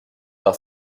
par